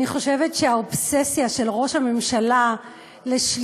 אני חושבת שהאובססיה של ראש הממשלה לשליטה